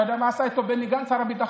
אתה יודע מה עשה איתה בני גנץ, שר הביטחון?